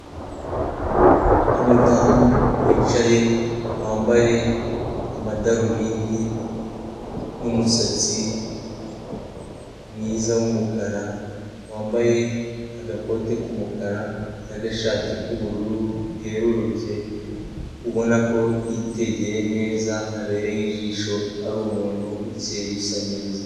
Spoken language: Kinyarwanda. Umudamu wicaye wambaye amadarubindi n'umusatsi mwiza w'umukara wambaye agakote k'umukara n'agashati k'ubururu bwerurutse ubona ko yitegeye neza abereye ijisho ari umuntu ukeye usa neza.